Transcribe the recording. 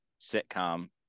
sitcom